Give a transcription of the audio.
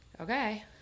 Okay